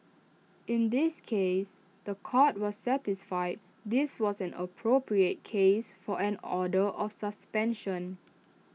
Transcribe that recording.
in this case The Court was satisfied this was an appropriate case for an order or suspension